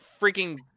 freaking –